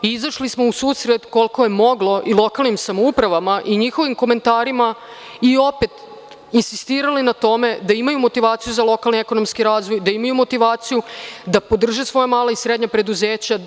Izašli smo u susret koliko je moglo i lokalnim samoupravama i njihovim komentarima i opet insistirali na tome da imaju motivaciju za lokalni ekonomski razvoj, da imaju motivaciju da podrže svoja mala i srednja preduzeća.